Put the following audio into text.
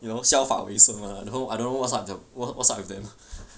you know 效法为是吗然后 I don't know what's up with them